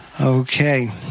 Okay